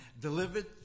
delivered